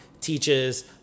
teaches